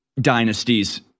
dynasties